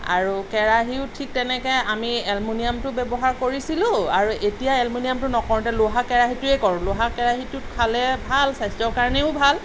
আৰু কেৰাহীও ঠিক তেনেকে আমি এলমিনিয়ামটো ব্যৱহাৰ কৰিছিলোঁ আৰু এতিয়া এলমিনিয়ামটো নকৰোঁ এতিয়া লোহা কেৰাহীটোৱেই কৰোঁ লোহা কেৰাহীটোত খালে ভাল স্বাস্থ্যৰ কাৰণেও ভাল